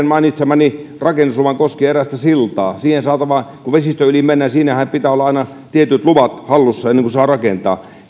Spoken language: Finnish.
mainitsemani rakennuslupa koskien erästä siltaa kun vesistön yli mennään siinähän pitää olla aina tietyt luvat hallussa ennen kuin saa rakentaa